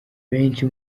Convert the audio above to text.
benshi